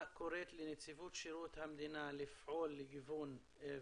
המיוחדת למיגור הפשיעה בחברה הערבית במושב החדש,